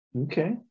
okay